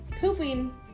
pooping